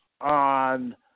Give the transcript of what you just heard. on